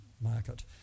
market